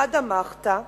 חדא מחתא,